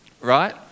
Right